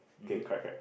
okay correct correct